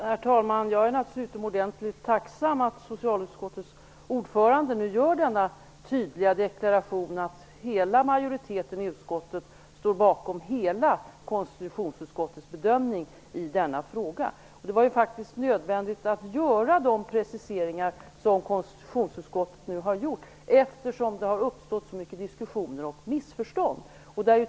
Herr talman! Jag är naturligtvis utomordentligt tacksam för att socialutskottets ordförande nu gör denna tydliga deklaration att hela majoriteten i utskottet står bakom hela konstitutionsutskottets bedömning i denna fråga. Det var ju faktiskt nödvändigt att göra de preciseringar som konstitutionsutskottet nu har gjort eftersom det har uppstått så mycket diskussioner och missförstånd.